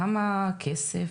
כמה כסף,